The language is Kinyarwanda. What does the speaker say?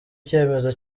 icyemezo